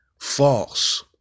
False